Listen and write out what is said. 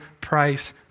price